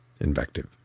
Invective